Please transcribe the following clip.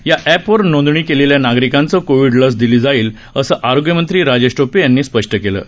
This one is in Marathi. या एपवर नोंदणी केलेल्या नागरिकांनाच कोविड लस दिली जाईल असं आरोग्य मंत्री राजेश टोपे यांनी स्पष्ट केलं आहे